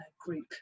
group